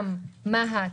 גם מה"ט,